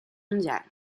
mondiale